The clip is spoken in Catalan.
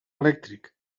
elèctric